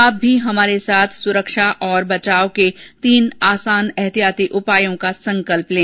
आप भी हमारे साथ सुरक्षा और बचाव के तीन आसान एहतियाती उपायों का संकल्प लें